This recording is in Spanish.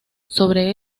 sobre